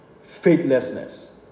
faithlessness